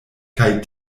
kaj